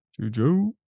Juju